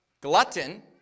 glutton